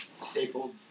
stapled